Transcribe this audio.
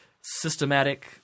systematic